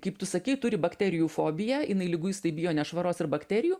kaip tu sakei turi bakterijų fobiją jinai liguistai bijo nešvaros ir bakterijų